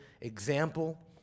example